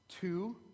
two